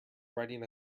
writing